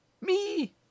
Me